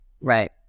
right